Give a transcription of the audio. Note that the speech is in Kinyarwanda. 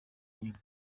inyuma